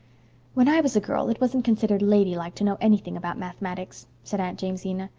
when i was a girl it wasn't considered lady-like to know anything about mathematics, said aunt jamesina.